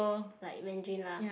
like Mandarin lah